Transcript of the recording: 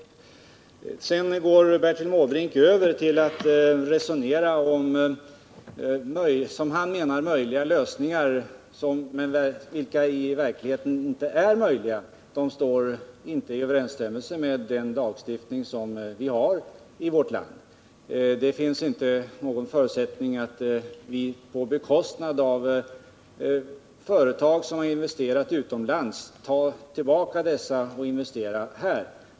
Sedan går Bertil Måbrink över till att resonera om lösningar som i verkligheten inte är möjliga, eftersom de inte står i överensstämmelse med den lagstiftning som vi har i vårt land. Det finns inte någon förutsättning för att tvinga företag som investerat utomlands att ta tillbaka dessa investeringar och investera här.